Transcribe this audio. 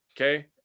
okay